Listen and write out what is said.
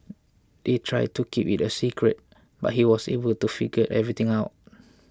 they tried to keep it a secret but he was able to figure everything out